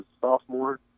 sophomore